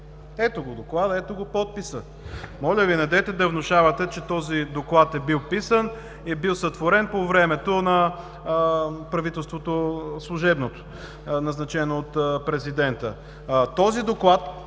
Ето го доклада, ето го подписа! Моля Ви, недейте да внушавате, че този доклад е бил писан и е бил сътворен по времето на служебното правителство, назначено от президента. В голяма